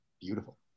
beautiful